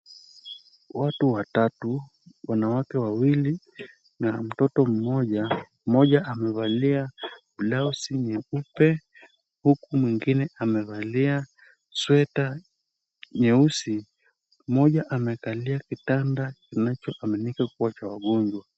Watu watatu, wanawake wawili na mtoto mmoja. Mmoja amevalia blausi nyeupe huku mwingine amevalia sweta nyeusi. Mmoja amekalia kitanda kinacho aminika kuwa cha wagonjwa.